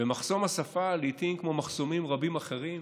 מחסום השפה, לעיתים כמו מחסומים רבים אחרים,